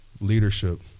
leadership